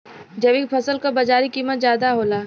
जैविक फसल क बाजारी कीमत ज्यादा होला